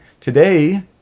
Today